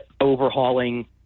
overhauling